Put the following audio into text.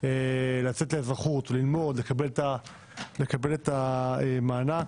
לצאת לאזרחות, ללמוד, לקבל את המענק,